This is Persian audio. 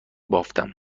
بافتم